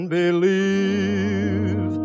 believe